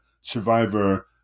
survivor